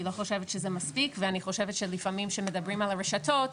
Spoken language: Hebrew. אני לא חושבת שזה מספיק ואני חושבת שלפעמים מדברים על הרשתות,